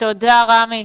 תודה, רמי.